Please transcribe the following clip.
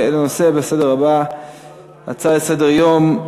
להצעה לסדר-היום בנושא: